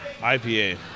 IPA